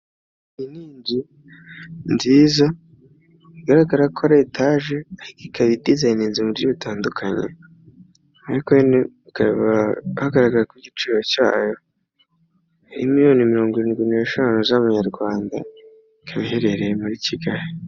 Iyi ni inzu nziza bigaragara ko ari etaje, ikaba idizayininze mu buryo butandukanye, ariko nyine hakaba hagaragara ko igiciro cyayo ari miliyoni mirongo iridwi n'eshanu z'abanyarwanda, ikaba iherereye muri kigali.